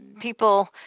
people